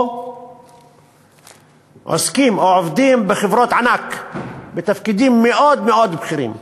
או עוסקים או עובדים בחברות ענק בתפקידים מאוד מאוד בכירים.